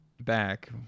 back